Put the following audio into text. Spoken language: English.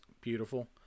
beautiful